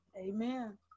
Amen